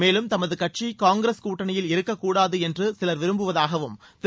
மேலும் தமது கட்சி காங்கிரஸ் கூட்டணியில் இருக்கக்கூடாது என்று சிலர் விரும்புவதாகவும் திரு